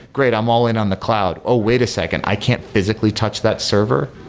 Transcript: great! i'm all in on the cloud. oh, wait a second. i can't physically touch that server.